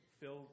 Phil